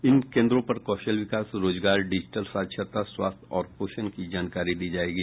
इन केन्द्रों पर कौशल विकास रोजगार डिजिटल साक्षरता स्वास्थ्य और पोषण की जानकारी दी जायेगी